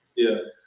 yeah,